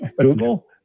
Google